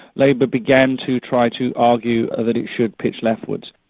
labour began to try to argue ah that it should pitch leftwards.